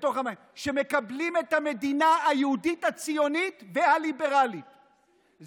שמקבלים את המדינה היהודית הציונית והליברלית,